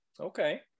Okay